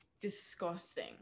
Disgusting